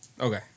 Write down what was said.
Okay